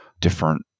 different